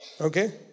Okay